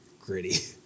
Gritty